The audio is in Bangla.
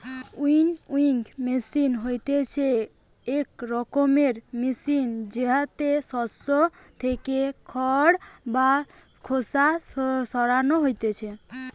উইনউইং মেশিন হতিছে ইক রকমের মেশিন জেতাতে শস্য থেকে খড় বা খোসা সরানো হতিছে